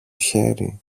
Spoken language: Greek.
χέρι